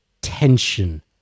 tension